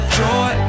joy